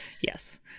Yes